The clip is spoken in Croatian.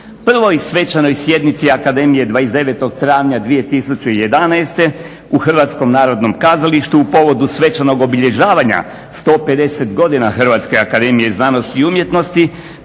Prvoj svečanoj sjednici Akademije 29. travnja 2011. u Hrvatskom narodnom kazalištu u povodu svečanog obilježavanja 150 godina Hrvatske akademije znanosti i umjetnosti